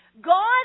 God